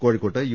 കോഴിക്കോട്ട് യു